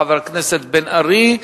חבר הכנסת בן-ארי.